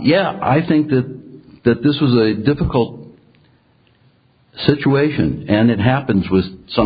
yeah i think that that this was a difficult situation and it happens with some